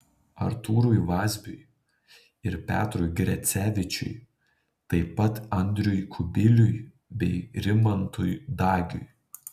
artūrui vazbiui ir petrui grecevičiui taip pat andriui kubiliui bei rimantui dagiui